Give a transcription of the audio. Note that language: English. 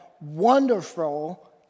Wonderful